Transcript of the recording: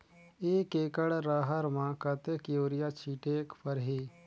एक एकड रहर म कतेक युरिया छीटेक परही?